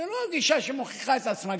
זו לא הגישה שמוכיחה את עצמה.